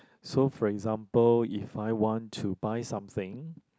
so for example if I want to buy something